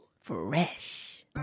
Fresh